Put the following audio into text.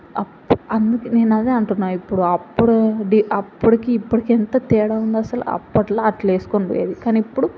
up అందుకే నేను అదే అంటున్నాను ఇప్పుడు అప్పుడు అప్పటికీ ఇప్పటికీ ఎంత తేడా ఉంది అసలు అప్పట్లో అట్లా వేసుకుని పోయేది కానీ ఇప్పుడు